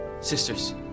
sisters